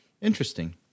interesting